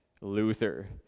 Luther